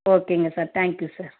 ஓகேங்க sir thank you sir